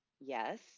Yes